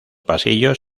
pasillos